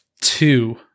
two